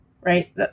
right